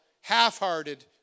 half-hearted